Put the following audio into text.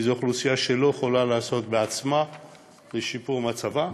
כי זו אוכלוסייה שלא יכולה לעשות בעצמה לשיפור מצבה.